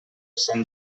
sant